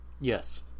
Yes